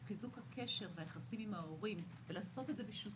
חיזוק הקשר והיחסים עם ההורים עוזר לנו לעשות את זה בשותפות,